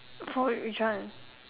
for w~ which one